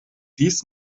dies